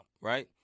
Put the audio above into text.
right